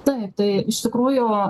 taip tai iš tikrųjų